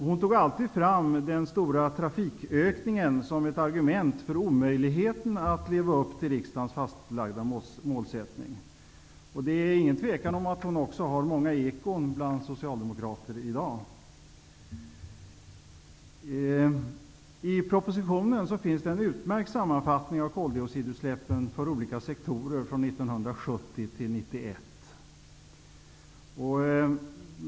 Hon tog alltid fram den stora trafikökningen som ett argument för omöjligheten att leva upp till riksdagens fastlagda målsättning. Det är inget tvivel om att hon har många ekon bland socialdemokrater i dag. I propositionen finns en utmärkt sammanfattning av koldioxidutsläppen för olika sektorer från 1970 till 1991.